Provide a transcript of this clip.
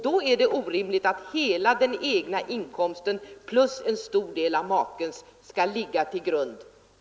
Då är det orimligt att hela den egna inkomsten plus en stor del av makens skall läggas till grund för bedömningen.